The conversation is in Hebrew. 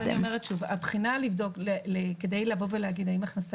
אני אומרת שוב: הבחינה כדי לבוא ולהגיד האם הכנסה